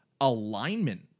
alignment